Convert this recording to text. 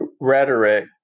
rhetoric